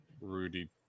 Rudy